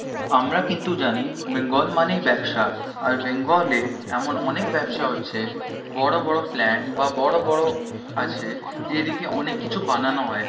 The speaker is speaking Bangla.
আমরা কিন্তু জানি বেঙ্গল মানেই ব্যবসা আর বেঙ্গলে এমন অনেক ব্যবসা হচ্ছে বড় বড় প্ল্যান বা বড় বড় আছে এদিকে অনেক কিছু বানানো হয়